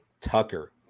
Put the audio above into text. Tucker